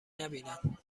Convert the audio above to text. نبینند